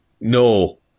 No